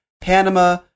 Panama